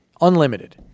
Unlimited